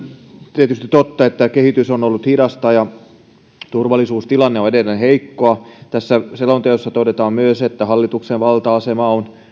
tietysti totta että kehitys on ollut hidasta ja turvallisuustilanne on edelleen heikko tässä selonteossa todetaan myös että hallituksen valta asema on